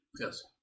Yes